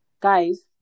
Guys